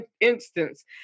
instance